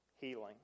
healing